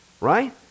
right